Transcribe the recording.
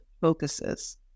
focuses